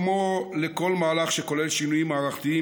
כמו לכל מהלך שכולל שינויים מערכתיים,